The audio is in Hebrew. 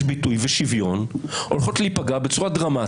ביטוי ושוויון הולכות להיפגע בצורה דרמטית.